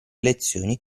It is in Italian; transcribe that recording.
lezioni